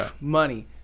money